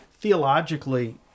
theologically